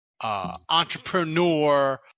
entrepreneur